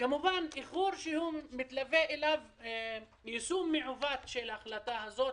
זה איחור שמתלווה אליו יישום מעוות של ההחלטה הזאת.